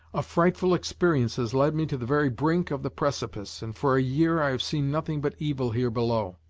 a frightful experience has led me to the very brink of the precipice, and for a year i have seen nothing but evil here below.